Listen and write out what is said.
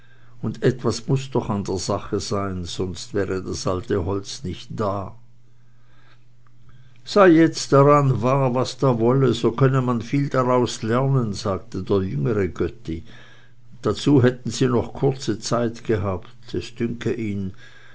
und etwas muß doch an der sache sein sonst wäre das alte holz nicht da sei jetzt daran wahr was da wolle so könne man viel daraus lernen sagte der jüngere götti und dazu hätten sie noch kurze zeit gehabt es dünke ihn